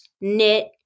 knit